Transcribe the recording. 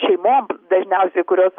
šeimom dažniausiai kurios